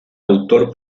autor